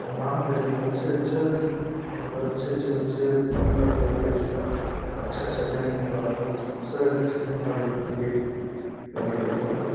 नाम करेंगे बच्चे अच्छा है अच्छा होगा अच्छे अच्छे बच्चे भाग लेंगे उसमें अच्छा अच्छा गेम होगा बच्चे बहुत सारे बच्चे भाग लेने के लिए लिए